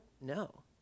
No